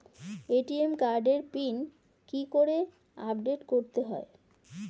ATM কার্ডের PIN কি করে আপডেট করতে হয়?